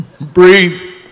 breathe